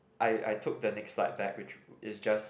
I I took the next flight back which is just